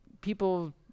people